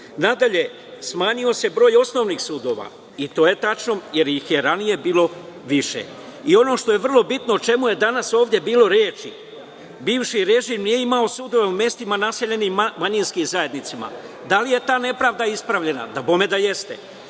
smanjio se broj osnovnih sudova i to je tačno, jer ih je ranije bilo više. Ono što je vrlo bitno, o čemu je ovde danas bilo reči, bivši režim nije imao sudove u mestima naseljenim manjinskim zajednicama. Da li je ta nepravda ispravljena? Dabome da jeste.